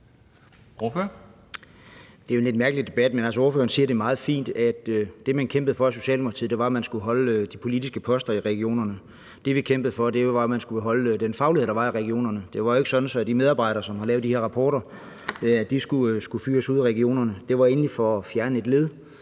Det er jo en lidt mærkelig debat, men ordføreren siger det meget fint, nemlig at det, man kæmpede for i Socialdemokratiet, var, at man skulle holde de politiske poster i regionerne. Det, vi kæmpede for, var jo, at man skulle beholde den faglighed, der var i regionerne. Det var jo ikke sådan, at de medarbejdere, som har lavet de her rapporter, skulle fyres ude i regionerne. Det var egentlig for at fjerne et led,